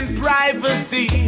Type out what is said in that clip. privacy